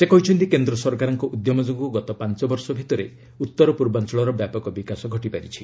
ସେ କହିଛନ୍ତି କେନ୍ଦ୍ର ସରକାରଙ୍କ ଉଦ୍ୟମ ଯୋଗୁଁ ଗତ ପାଞ୍ଚ ବର୍ଷ ଭିତରେ ଉତ୍ତର୍ବାଞ୍ଚଳର ବ୍ୟାପକ ବିକାଶ ଘଟିପାରିଛି